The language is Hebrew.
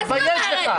מה זה?